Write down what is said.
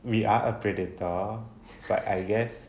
we are a predator but I guess